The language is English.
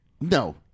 No